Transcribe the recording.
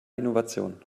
innovation